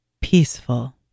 peaceful